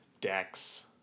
decks